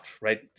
right